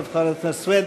חברת הכנסת סויד,